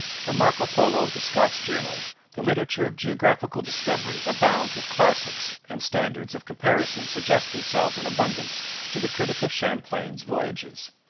from marco polo to scott's journal the literature of geographical discovery abounds with classics, and standards of comparison suggest themselves in abundance to the critic of champlain's voyages.